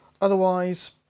Otherwise